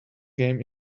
game